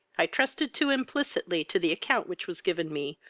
i trusted too implicitly to the account which was given me,